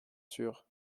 sûr